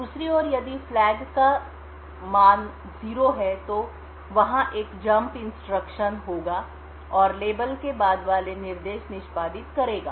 दूसरी ओर यदि फ्लैग 0 का मान 0 है तो वहाँ एक कूदjump जब इंस्ट्रक्शन जंप होगा और लेबल के बाद वाले निर्देश निष्पादित करेगा